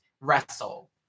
wrestle